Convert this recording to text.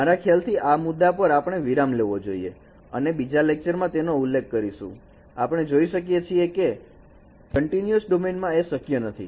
મારા ખ્યાલથી આ મુદ્દા પર આપણે વિરામ લેવો જોઈએ અને બીજા લેક્ચરમાં તેનો ઉલ્લેખ કરીશું આપણે જોઈ શકીએ છીએ કે કંટીન્યુસ ડોમેનમાં એ શક્ય નથી